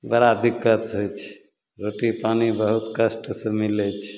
बड़ा दिक्कत होइ छै रोटी पानी बहुत कष्टसे मिलै छै